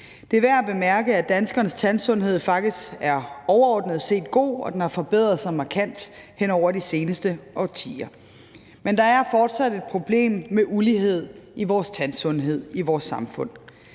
Det er værd at bemærke, at danskernes tandsundhed faktisk overordnet set er god, og at den har forbedret sig markant hen over de seneste årtier. Men der er fortsat et problem med ulighed i vores tandsundhed i vores samfund,